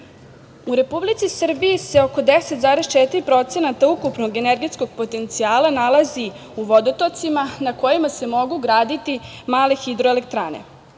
Republici Srbiji se oko 10,4% ukupnog energetskog potencijala nalazi u vodotocima na kojima se mogu graditi male hidroelektrane.